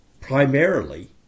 primarily